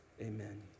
Amen